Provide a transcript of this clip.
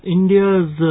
India's